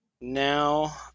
Now